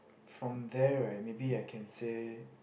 from there right maybe I can say